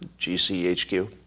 GCHQ